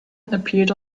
appeared